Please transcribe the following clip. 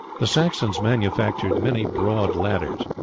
the saxons manufactured many broad ladders,